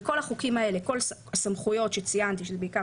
בכל החוקים האלה כל הסמכויות שציינתי בעיקר